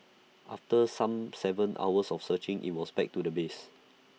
after some Seven hours of searching IT was back to the base